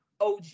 OG